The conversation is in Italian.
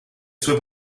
sue